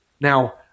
Now